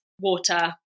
water